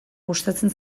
gustatzen